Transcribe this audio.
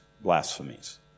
blasphemies